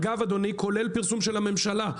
אגב, כולל פרסום של הממשלה.